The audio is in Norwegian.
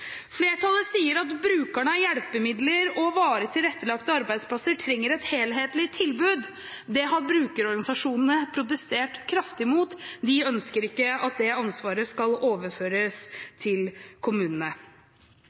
Flertallet sier at brukerne av hjelpemidler og varig tilrettelagte arbeidsplasser trenger et helhetlig tilbud. Det har brukerorganisasjonene protestert kraftig mot. De ønsker ikke at det ansvaret skal overføres til kommunene.